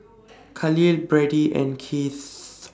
Khalil Berdie and Keith